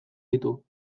ditu